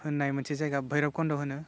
होन्नाय मोनसे जायगा भैरबकन्ध' होनो